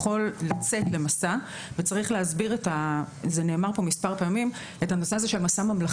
יכול לצאת למסע שהוא מסע ממלכתי.